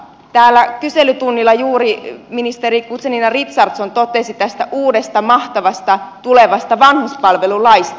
täällä kyselytunnilla juuri ministeri guzenina richardson totesi tästä uudesta mahtavasta tulevasta vanhuspalvelulaista